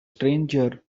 stranger